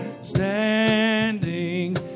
Standing